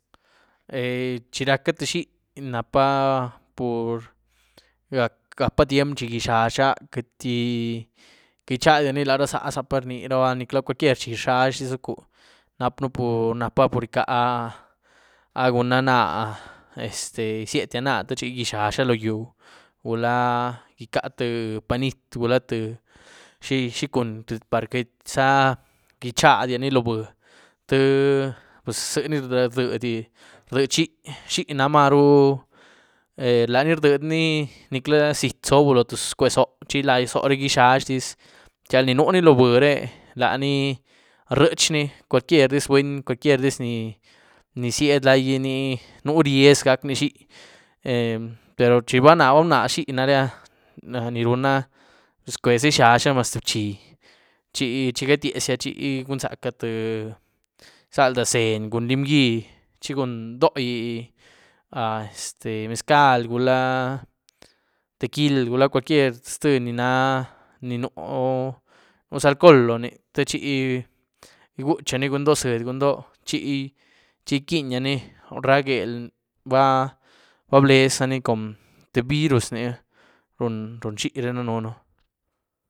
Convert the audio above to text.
chi rac'àh tïé xií napa pur gap'áh tyiem chi ichaxia, queity-queity di ichadiani lará zá zapa rniraba gic'za cualquier chi rchiazdizucu, nap'ën pur, napá por icá, ah guna náh este izietyia náh techi ichiazia loóh yúh gula icá tïé panìt' gula tïé chi cun par' queityza ichiadiani loóh bî, tïé puz ziení rdiedy xií, xií nah maru, laní rdiedyni nic'lá ziëty zoobu loóh tïé cwe zoóh chi la zoóh re ichiazdiz, chi al de ni nuni loóh bî re, laní ryië'chni cualquier diz buny, cualquier diz ni ziëdy laigí, nini núuh riez gac'ni xií pero chi ba mnaz-ba mnaz xií naré áh, niruna rcwueza ichiazia tïé bzhí chì chi gatyiezya chi gun'zaca tïé izalda zení cun lim ghí chi cun dogíh este mezcaly gula tequil, cualquier ztìë ni na, ni núh za alcohól loóni techi ig'uchani cun dooh zyïëd cun dooh, chi-chi iquinyani ra gueél ba blez zaní con tïé virus ni run xií re danënú.